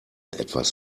etwas